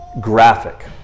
graphic